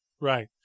Right